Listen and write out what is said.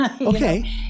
Okay